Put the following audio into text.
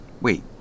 Wait